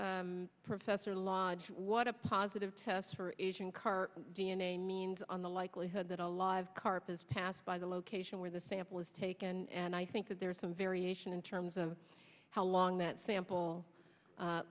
me professor lodge what a positive test for asian carp d n a means on the likelihood that a live carp is passed by the location where the sample was taken and i think that there is some variation in terms of how long that sample